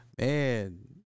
Man